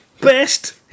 Best